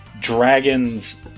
dragons